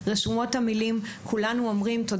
רשומות המילים - ׳תודה,